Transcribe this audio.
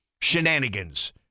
shenanigans